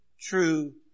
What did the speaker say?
true